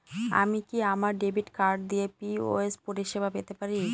আমি কি আমার ডেবিট কার্ড দিয়ে পি.ও.এস পরিষেবা পেতে পারি?